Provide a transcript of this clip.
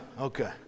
okay